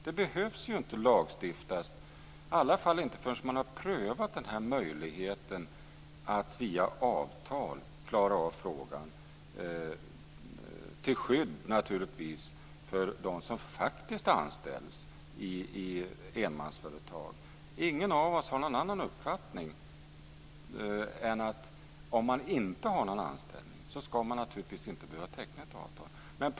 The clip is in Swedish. Det behöver ju inte lagstiftas, i alla fall inte förrän man har prövat möjligheten att via avtal klara av frågan - till skydd naturligtvis för dem som faktiskt anställs i enmansföretag. Ingen av oss har någon annan uppfattning än den att man, om man inte har anställning, naturligtvis inte ska behöva teckna ett avtal.